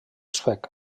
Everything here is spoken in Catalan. suec